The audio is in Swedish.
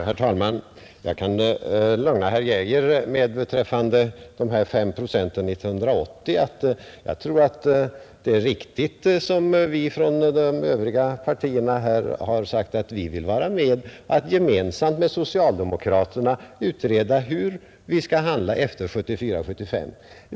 Herr talman! Jag kan lugna herr Geijer beträffande de 5 procenten 1980. Såsom vi sagt i reservationerna vill vi gemensamt med socialdemokraterna utreda hur man skall handla efter 1974/75.